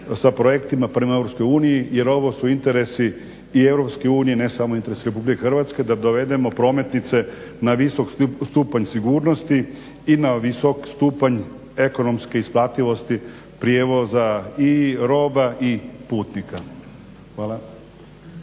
sa projektima prema Europskoj uniji jer ovo su interesi i Europske unije ne samo interesi Republike Hrvatske da dovedemo prometnice na visok stupanj sigurnosti na visok stupanj ekonomske isplativosti prijevoza i roba i putnika. Hvala.